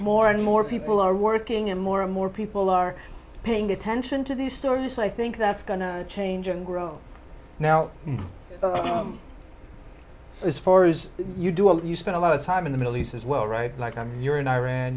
more and more people are working and more and more people are paying attention to the story so i think that's going to change and grow now as far as you do you spent a lot of time in the middle east as well right like i'm you're in iran